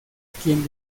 quien